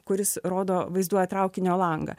kuris rodo vaizduoja traukinio langą